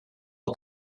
het